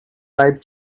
ripe